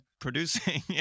producing